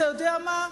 אתה יודע מה?